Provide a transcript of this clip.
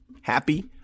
happy